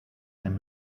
ein